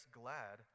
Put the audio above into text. glad